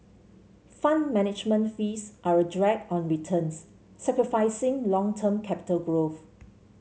Fund Management fees are a drag on returns sacrificing long term capital growth